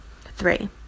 Three